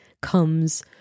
comes